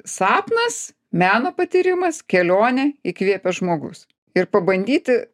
sapnas meno patyrimas kelionė įkvėpęs žmogus ir pabandyti